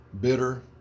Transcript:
bitter